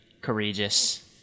courageous